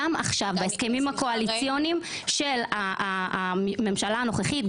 גם עכשיו בהסכמים הקואליציוניים של הממשלה הנוכחית,